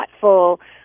thoughtful